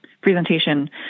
presentation